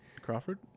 Crawford